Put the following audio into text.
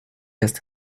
hasta